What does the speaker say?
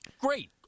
Great